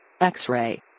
X-Ray